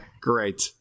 Great